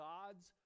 God's